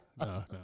no